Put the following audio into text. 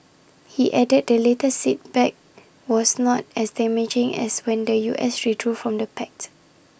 he added the latest setback was not as damaging as when the U S withdrew from the pact